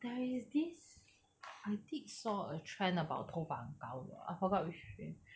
there is this I did saw a trend about 头发很高的 ah I forgot which trend